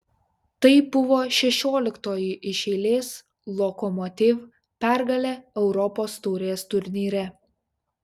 tai buvo šešioliktoji iš eilės lokomotiv pergalė europos taurės turnyre